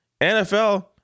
NFL